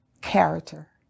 character